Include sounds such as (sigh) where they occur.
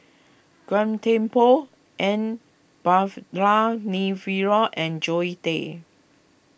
Gan Thiam Poh N (unintelligible) and Zoe Tay